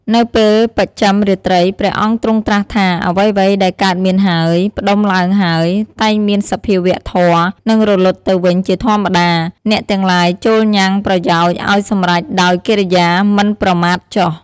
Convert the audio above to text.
នៅពេលបច្ចឹមរាត្រី ព្រះអង្គទ្រង់ត្រាស់ថា "អ្វីៗដែលកើតមានហើយ ផ្តុំឡើងហើយ តែងមានសភាវៈធម៌ និងរលត់ទៅវិញជាធម្មតា អ្នកទាំងឡាយចូរញ៉ាំងប្រយោជន៍ឲ្យសម្រេចដោយកិរិយាមិនប្រមាទចុះ"។